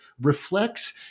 reflects